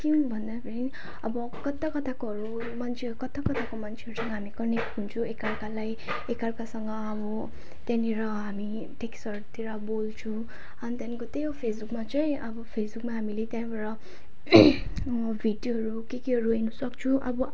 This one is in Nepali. अब कता कताकोहरू मान्छेहरू कता कताको मान्छेहरूसँग हामी कनेक्ट हुन्छौँ एकाअर्कालाई एकाअर्कासँग अब त्यहाँनिर हामी टेक्सहरूतिर बोल्छौँ अनि त्यहाँदेखि त्यही हो फेसबुकमा चाहिँ अब फेसबुकमा हामी त्यहाँबाट भिडियोहरू के केहरू हेर्नसक्छौँ अब